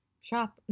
shop